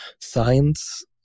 science